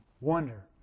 wonder